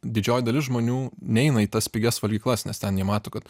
didžioji dalis žmonių neina į tas pigias valgyklas nes ten jie mato kad